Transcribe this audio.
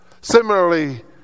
Similarly